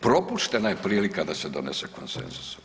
Propuštena je prilika da se donese konsenzus.